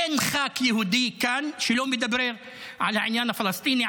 אין ח"כ יהודי כאן שלא מדבר על העניין הפלסטיני,